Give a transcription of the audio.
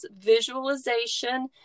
visualization